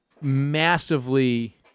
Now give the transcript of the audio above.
massively